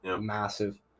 Massive